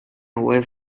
away